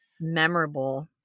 Memorable